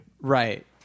Right